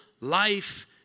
life